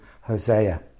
Hosea